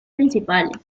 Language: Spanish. principales